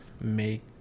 make